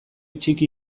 txiki